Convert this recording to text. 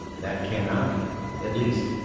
that can i at least,